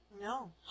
No